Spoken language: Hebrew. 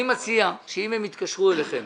אני מציע שאם הם יתקשרו אליכם